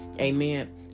Amen